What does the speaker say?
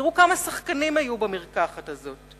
תראו כמה שחקנים היו במרקחת הזאת.